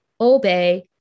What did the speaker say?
obey